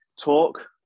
talk